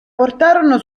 portarono